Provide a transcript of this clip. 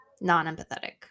non-empathetic